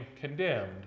condemned